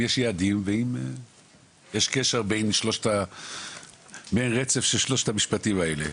יש יעדים ואם יש קשר בין רצף שלושת המילים האלה.